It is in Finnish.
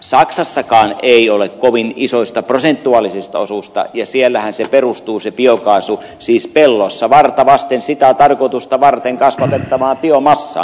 saksassakaan ei ole kovin isoista prosentuaalisista osuuksista kyse ja siellähän se biokaasu perustuu pellossa varta vasten sitä tarkoitusta varten kasvatettavaan biomassaan